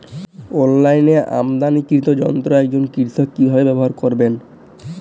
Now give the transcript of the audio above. অনলাইনে আমদানীকৃত যন্ত্র একজন কৃষক কিভাবে ব্যবহার করবেন?